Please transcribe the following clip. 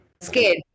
scared